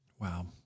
Wow